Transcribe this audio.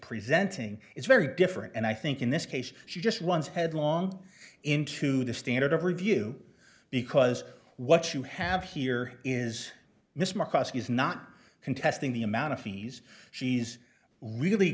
presenting is very different and i think in this case she just wants headlong into the standard of review because what you have here is miss mccroskey is not contesting the amount of fees she's really